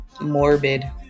morbid